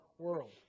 world